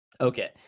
okay